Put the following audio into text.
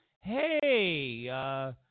Hey